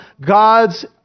God's